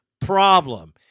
problem